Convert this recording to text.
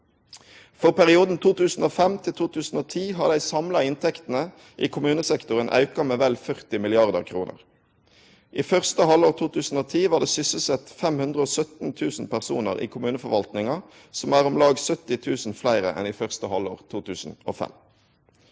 For perioden 2005 til 2010 har dei samla inntektene i kommunesektoren auka med vel 40 mrd. kr. I første halvår 2010 var det sysselsett 517 000 personar i kommuneforvaltninga, som er om lag 70 000 fleire enn i første halvår 2005.